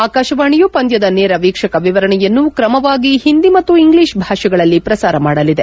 ಆಕಾಶವಾಣಿಯು ಪಂದ್ಯದ ನೇರ ವೀಕ್ಷಕ ವಿವರಣೆಯನ್ನು ಕ್ರಮವಾಗಿ ಹಿಂದಿ ಮತ್ತು ಇಂಗ್ಲೀಷ್ ಭಾಷೆಗಳಲ್ಲಿ ಪ್ರಸಾರ ಮಾಡಲಿದೆ